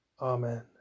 Amen